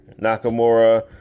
Nakamura